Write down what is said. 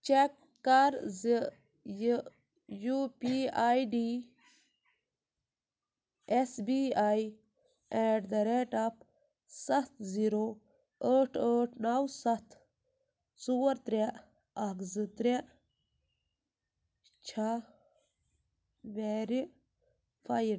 check کَر زِِ یہِ U P I D S B I at the rate of سَتھ زیٖرو ٲٹھ ٲٹھ نَو سَتھ ژور ترٛےٚ اکھ زٕ ترٛےٚ چھا ویرفایِڈ